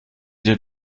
dir